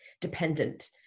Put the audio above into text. dependent